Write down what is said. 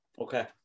okay